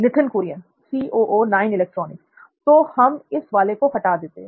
नित्थिन कुरियन तो हम इस वाले को हटा देते हैं